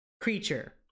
creature